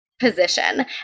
position